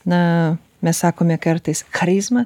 na mes sakome kartais charizma